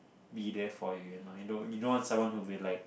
be there for you you know you know you don't want someone who be like